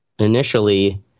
Initially